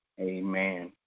Amen